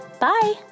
Bye